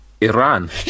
Iran